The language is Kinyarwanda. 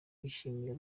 bishimiye